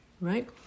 right